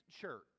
church